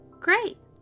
Great